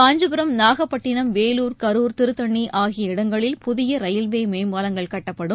காஞ்சிபுரம் நாகப்பட்டினம் வேலூர் கரூர் திருத்தணி ஆகிய இடங்களில் புதிய ரயில்வே மேம்பாலங்கள் கட்டப்படும்